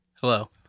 Hello